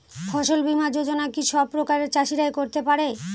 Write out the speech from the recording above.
ফসল বীমা যোজনা কি সব প্রকারের চাষীরাই করতে পরে?